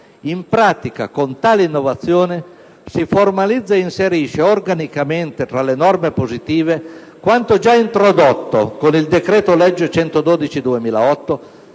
In pratica, con tale innovazione, si formalizza e inserisce organicamente tra le norme positive quanto già introdotto con il decreto-legge n.